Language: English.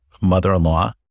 mother-in-law